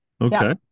Okay